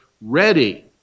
ready